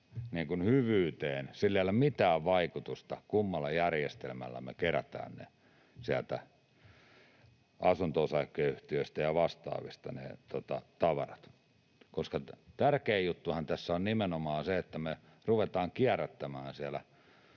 hyvyyteen sillä ei ole mitään vaikutusta, kummalla järjestelmällä me kerätään ne tavarat sieltä asunto-osakeyhtiöistä ja vastaavista, sillä tärkein juttuahan tässä on nimenomaan se, että me ruvetaan kierrättämään siellä